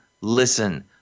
listen